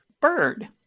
Bird